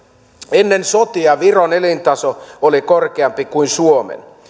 ennen sotia viron elintaso oli korkeampi kuin suomen